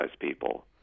people